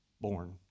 born